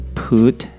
put